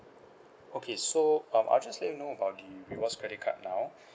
okay so um I'll just let you know about the rewards credit card now